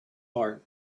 heart